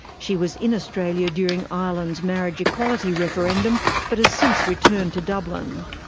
she was in australia during ireland's marriage equality referendum but has since returned to dublin.